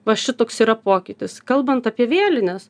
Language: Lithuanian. va šitoks yra pokytis kalbant apie vėlines